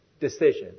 decision